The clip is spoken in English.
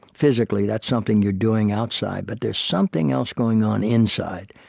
physically that's something you're doing outside, but there's something else going on inside.